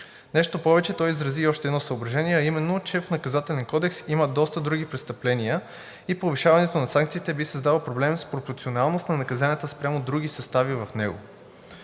Нещо повече, той изрази и още едно съображение, а именно, че в Наказателния кодекс има доста други престъпления и повишаването на санкциите би създало проблем с пропорционалност на наказанията спрямо други състави в него.